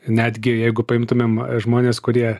netgi jeigu paimtumėm žmonės kurie